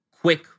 quick